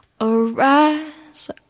Arise